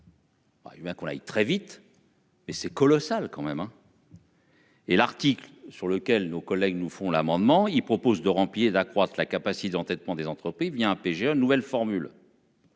Ah hé bien qu'on aille très vite.-- Et c'est colossal quand même hein.-- Et l'article sur lequel nos collègues nous font l'amendement, il propose de rempiler d'accroître la capacité d'endettement des entreprises via un PGE une nouvelle formule.--